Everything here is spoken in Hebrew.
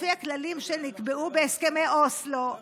לפי הכללים שנקבעו בהסכמי אוסלו,